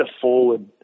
forward